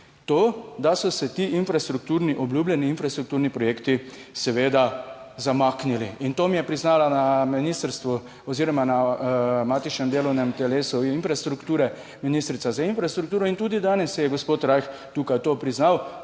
infrastrukturni, obljubljeni infrastrukturni projekti seveda zamaknili. In to mi je priznala na ministrstvu oziroma na matičnem delovnem telesu infrastrukture ministrica za infrastrukturo in tudi danes je gospod Rajh tukaj to priznal,